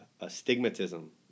astigmatism